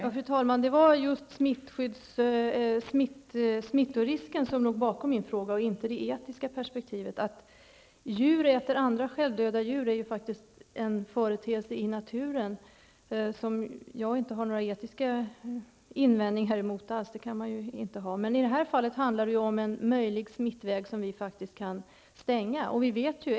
Fru talman! Det var just smittorisken som låg bakom min fråga och inte det etiska perspektivet. Att djur äter andra självdöda djur är faktiskt en företeelse i naturen som jag inte har några etiska invändningar mot -- det kan man ju inte ha. Men i detta fall handlar det om en möjlig smittväg som vi faktiskt kan stänga.